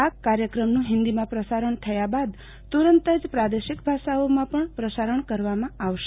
આ કાર્યક્રમનું હિન્દીમાં પ્રસારણ થયા બાદ તુરંત જ પ્રાદેશિક ભાષાઓમાં પણ પ્રસારણ કરવામાં આવશે